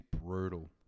brutal